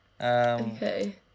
Okay